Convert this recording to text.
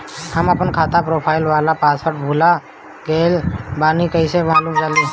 हम आपन खाता के प्रोफाइल वाला पासवर्ड भुला गेल बानी कइसे मालूम चली?